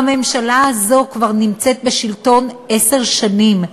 והממשלה הזאת כבר נמצאת בשלטון עשר שנים,